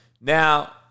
Now